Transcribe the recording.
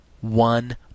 one